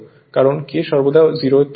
কারণ K সর্বদা 0 এর চেয়ে বড়